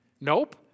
Nope